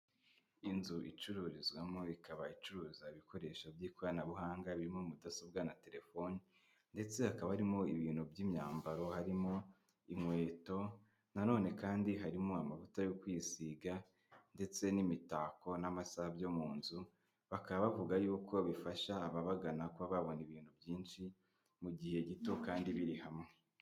Inzu icururizwamo ikaba icuruza ibikoresho by'ikoranabuhanga birimo mudasobwa na telefoni ndetse hakaba harimo ibintu by'imyambaro harimo inkweto nanone kandi harimo amavuta yo kwisiga ndetse n'imitako n'amasa byo mu nzu, bakaba bavuga y'uko bifasha ababagana kuba babona ibintu byinshi, mu gihe gito kandi biri hamwe.